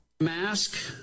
mask